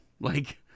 Like-